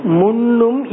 munum